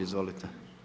Izvolite.